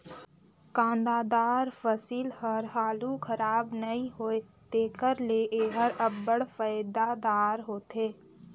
कांदादार फसिल हर हालु खराब नी होए तेकर ले एहर अब्बड़ फएदादार होथे